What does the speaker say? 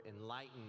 enlightened